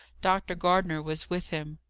dr. gardner was with him.